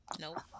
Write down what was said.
Nope